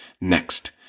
next